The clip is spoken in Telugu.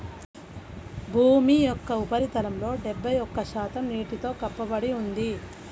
భూమి యొక్క ఉపరితలంలో డెబ్బై ఒక్క శాతం నీటితో కప్పబడి ఉంది